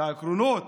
לעקרונות,